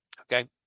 Okay